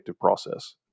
process